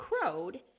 crowed